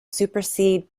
supersede